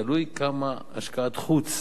תלוי כמה השקעת חוץ